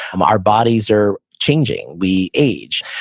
our bodies are changing, we age.